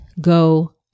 go